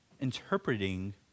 interpreting